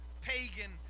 pagan